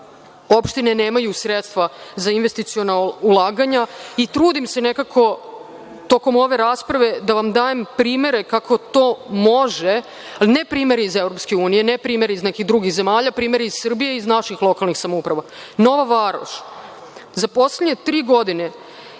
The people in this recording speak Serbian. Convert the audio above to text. opštine nemaju sredstva za investiciona ulaganja i trudim se nekako tokom ove rasprave da vam dajem primere kako to može, ali ne primere iz EU, ne primere iz nekih drugih zemalja, već primere iz Srbije i naših lokalnih samouprava. Nova Varoš, za poslednje tri godine